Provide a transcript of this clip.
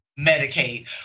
Medicaid